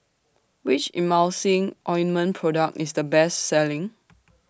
Which Emulsying Ointment Product IS The Best Selling